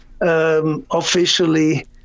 officially